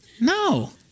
No